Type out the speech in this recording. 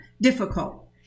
difficult